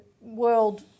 world